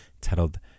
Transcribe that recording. Titled